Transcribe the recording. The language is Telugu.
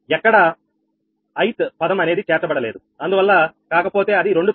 ఎక్కడ ith పదం అనేది చేర్చబడలేదు అందువల్ల కాకపోతే అది 2 తో హెచ్చ వేయబడింది